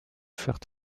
furent